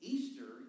Easter